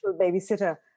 babysitter